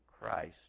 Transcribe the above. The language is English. Christ